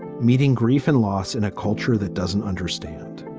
meeting grief and loss in a culture that doesn't understand.